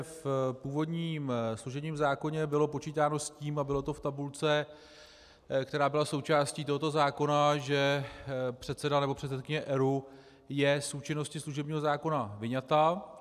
V původním služebním zákoně bylo počítáno s tím, a bylo to v tabulce, která byla součástí tohoto zákona, že předseda nebo předsedkyně ERÚ je z účinnosti služebního zákona vyňata.